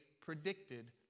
predicted